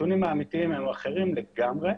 הנתונים האמיתיים הם אחרים לגמרי.